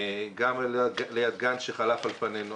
גם ליד גנץ, שחלף על פנינו.